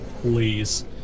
Please